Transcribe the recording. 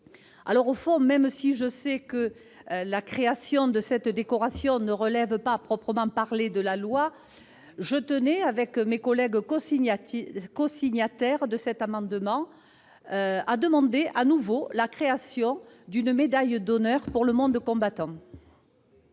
restrictives. Même si je sais que la création de cette décoration ne relève pas à proprement parler de la loi, je tenais, avec mes collègues cosignataires de cet amendement, à demander de nouveau la création d'une médaille d'honneur du monde combattant.